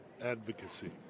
advocacy